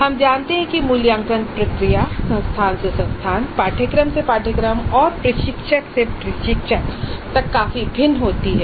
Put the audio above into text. हम जानते हैं कि मूल्यांकन प्रक्रिया संस्थान से संस्थान और पाठ्यक्रम से पाठ्यक्रम और प्रशिक्षक से प्रशिक्षक तक काफी भिन्न होती है